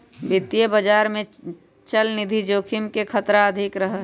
वित्तीय बाजार में चलनिधि जोखिम के खतरा अधिक रहा हई